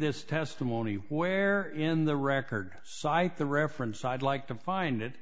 this testimony where in the record cite the reference i'd like to find it